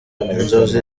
inzozi